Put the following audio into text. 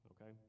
Okay